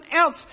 else